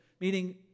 meaning